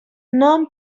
non